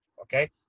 okay